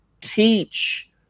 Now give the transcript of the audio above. teach